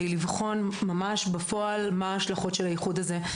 לבחון ממש בפועל מה ההשלכות של האיחוד הזה.